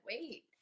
Wait